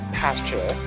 pasture